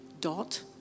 Dot